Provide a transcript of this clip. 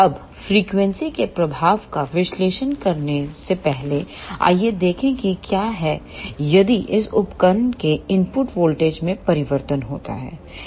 अब फ्रीक्वेंसी के प्रभाव का विश्लेषण करने से पहले आइए देखें कि क्या होता है यदि इस उपकरण के इनपुट वोल्टेज में परिवर्तन होता है